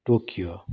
Tokyo